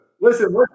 Listen